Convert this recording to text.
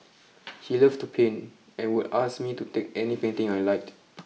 he loved to paint and would ask me to take any painting I liked